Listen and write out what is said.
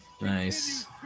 Nice